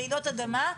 רעידות אדמה,